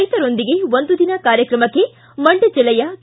ರೈತರೊಂದಿಗೆ ಒಂದು ದಿನ ಕಾರ್ಯಕ್ರಮಕ್ಕೆ ಮಂಡ್ಯ ಜಿಲ್ಲೆಯ ಕೆ